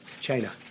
China